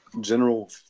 general